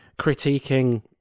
critiquing